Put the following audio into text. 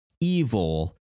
evil